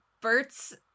Bert's